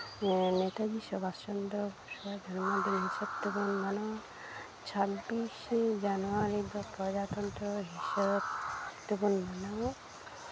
ᱱᱮᱛᱟᱡᱤ ᱥᱩᱵᱷᱟᱥ ᱪᱚᱱᱫᱨᱚ ᱵᱚᱥᱩᱣᱟᱜ ᱦᱚᱱᱢᱚ ᱫᱤᱱ ᱦᱤᱥᱟᱹᱵ ᱛᱮᱵᱚᱱ ᱢᱟᱱᱟᱣᱟ ᱪᱷᱟᱵᱵᱤᱥᱮ ᱡᱟᱱᱩᱣᱟᱨᱤ ᱫᱚ ᱯᱨᱚᱡᱟᱛᱚᱱᱛᱨᱚ ᱫᱤᱵᱚᱥ ᱡᱚᱛᱚ ᱵᱚᱱ ᱢᱟᱱᱟᱣᱟ